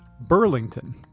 Burlington